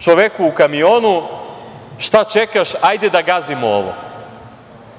čoveku u kamionu – šta čekah, hajde da gazimo